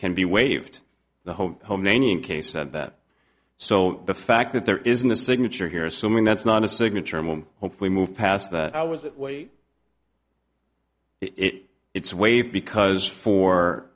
can be waived the whole khomeini in case and that so the fact that there isn't a signature here assuming that's not a signature moment hopefully move past that i was that way it it's waived because for